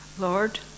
Lord